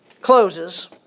closes